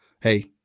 hey